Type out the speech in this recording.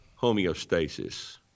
homeostasis